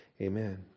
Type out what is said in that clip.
Amen